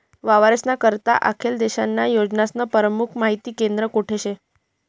वावरेस्ना करता आखेल देशन्या योजनास्नं परमुख माहिती केंद्र कोठे शे?